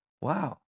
wow